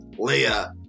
Leia